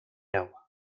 agua